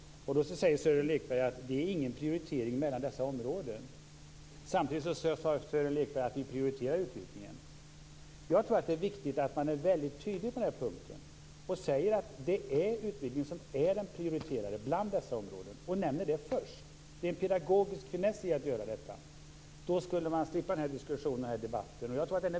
Sören Lekberg säger att det inte är någon prioritering mellan dessa områden. Samtidigt säger Sören Lekberg att ni prioriterar utvidgningen. Jag tror att det är viktigt att man är väldigt tydlig på den här punkten och säger att utvidgningen är det prioriterade av dessa områden och nämner det först. Det är en pedagogisk finess i att göra detta. Då skulle man slippa den här diskussionen.